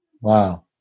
Wow